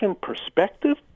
perspective